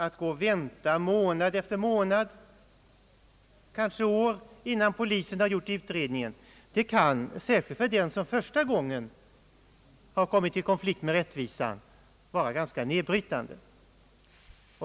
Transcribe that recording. Att gå och vänta månad efter månad, kanske år, innan polisen har gjort utredningen klar kan, särskilt för den som första gången har kommit i konflikt med rättvisan, vara ganska nedbrytande.